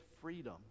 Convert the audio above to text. freedom